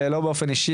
ולא באופן אישי,